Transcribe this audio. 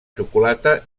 xocolata